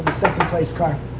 second place car?